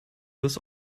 this